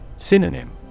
Synonym